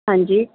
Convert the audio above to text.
ਹਾਂਜੀ